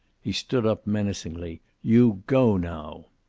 he stood up menacingly. you go, now.